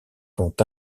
dont